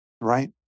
right